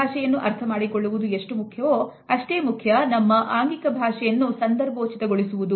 ಆಂಗಿಕ ಭಾಷೆಯನ್ನು ಅರ್ಥಮಾಡಿಕೊಳ್ಳುವುದು ಎಷ್ಟು ಮುಖ್ಯವೋ ಅಷ್ಟೇ ಮುಖ್ಯ ನಮ್ಮ ಆಂಗಿಕ ಭಾಷೆಯನ್ನು ಸಂದರ್ಭೋಚಿತ ಗೊಳಿಸುವುದು